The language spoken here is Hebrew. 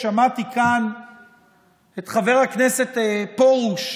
שמעתי כאן את חבר הכנסת פרוש,